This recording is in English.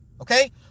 Okay